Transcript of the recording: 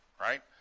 right